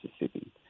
Mississippi